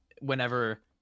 whenever